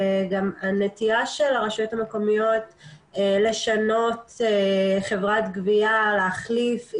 גם הנטייה של הרשויות המקומיות לשנות חברת גבייה או להחליפה,